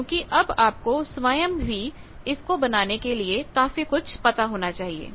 क्योंकि अब आपको स्वयं भी इसको बनाने के लिए काफी कुछ पता होना चाहिए